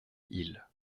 hill